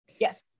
Yes